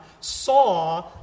saw